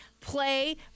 play